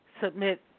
submit